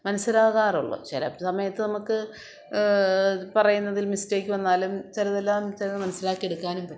മനസ്സിലാകാറുള്ളു ചില സമയത്ത് നമുക്ക് പറയുന്നതിൽ മിസ്റ്റേക്ക് വന്നാലും ചിലതെല്ലാം ചിലത് മനസ്സിലാക്കിയെടുക്കാനും പറ്റും